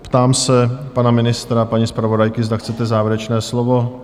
Ptám se pana ministra a paní zpravodajky, zda chcete závěrečné slovo?